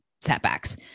setbacks